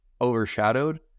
overshadowed